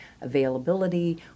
availability